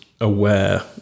aware